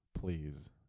please